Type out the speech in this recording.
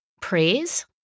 Praise